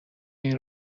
این